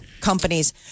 companies